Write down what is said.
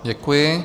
Děkuji.